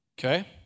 okay